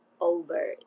over